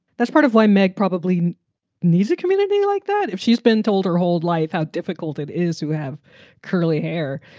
that's part of why megg probably needs a community thing like that. if she's been told her whole life how difficult it is to have curly hair.